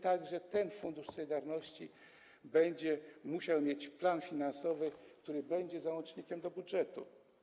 Także ten fundusz solidarnościowy będzie musiał mieć plan finansowy, który będzie załącznikiem do budżetu.